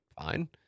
fine